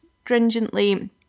stringently